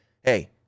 hey